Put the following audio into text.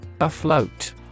Afloat